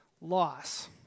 loss